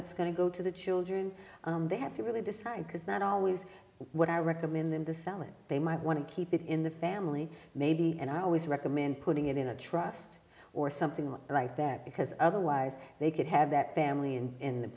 it's going to go to the children they have to really decide because not always what i recommend them to sell and they might want to keep it in the family maybe and i always recommend putting it in a trust or something like that because otherwise they could have that family and